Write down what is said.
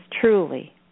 truly